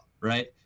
right